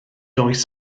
oes